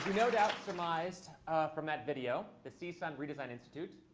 no doubt surmised from that video, the csun redesign institute,